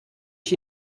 ich